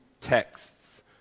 texts